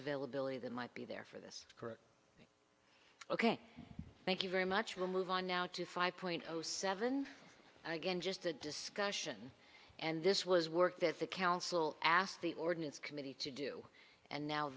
availability that might be there for this correct ok thank you very much we'll move on now to five point zero seven again just a discussion and this was work that the council asked the ordinance committee to do and now